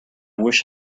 wish